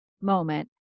moment